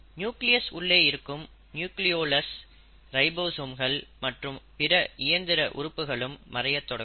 nucleus உள்ளே இருக்கும் nucleolus ரைபோசோம்கள் மற்றும் பிற இயந்திர உறுப்புகளும் மறையத் தொடங்கும்